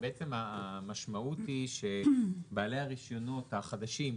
המשמעות היא שבעלי הרישיונות החדשים,